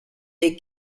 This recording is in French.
les